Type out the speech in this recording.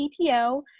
PTO